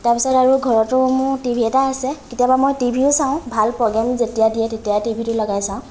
তাৰ পিছত আৰু ঘৰতো মোৰ টিভি এটা আছে কেতিয়াবা মই টিভিও চাওঁ ভাল প্ৰ'গ্ৰেম যেতিয়া দিয়ে তেতিয়া টিভিটো লগাই চাওঁ